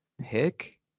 pick